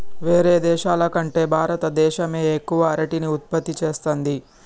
వేరే దేశాల కంటే భారత దేశమే ఎక్కువ అరటిని ఉత్పత్తి చేస్తంది